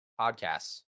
podcasts